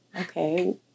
okay